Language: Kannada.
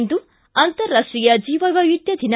ಇಂದು ಅಂತರರಾಷ್ಷೀಯ ಜೀವವೈವಿಧ್ಯ ದಿನ